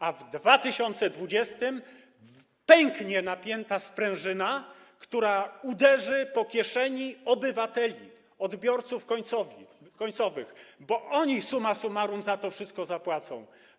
A w 2020 r. pęknie napięta sprężyna, która uderzy po kieszeni obywateli, odbiorców końcowych, bo oni summa summarum za to wszystko zapłacą.